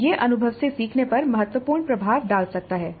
और यह अनुभव से सीखने पर महत्वपूर्ण प्रभाव डाल सकता है